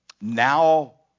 now